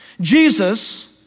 Jesus